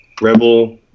Rebel